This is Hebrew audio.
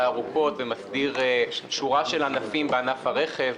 ארוכות ומסדיר שורה של ענפים בענף הרכב,